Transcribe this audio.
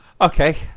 Okay